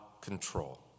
control